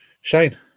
Shane